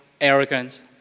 arrogance